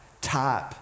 type